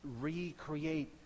recreate